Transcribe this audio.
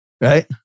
right